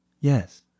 Yes